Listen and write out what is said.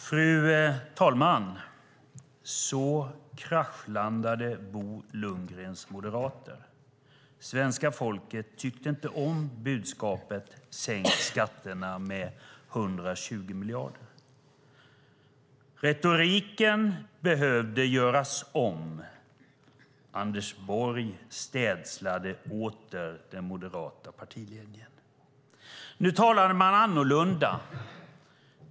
Fru talman! Så kraschlandade Bo Lundgrens moderater. Svenska folket tyckte inte om budskapet om att sänka skatterna med 120 miljarder. Retoriken behövde göras om. Anders Borg städslade åter den moderata partiledningen. Nu talade man annorlunda.